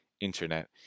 internet